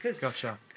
Gotcha